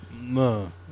No